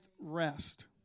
rest